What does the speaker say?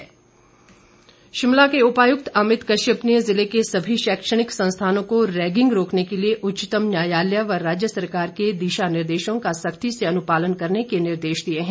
अमित कश्यप शिमला के उपायुक्त अमित कश्यप ने ज़िले के सभी शैक्षणिक संस्थानों को रैगिंग रोकने के लिए उच्चतम न्यायालय व राज्य सरकार के दिशा निर्देशों का सख्ती से अनुपालन करने के निर्देश दिए हैं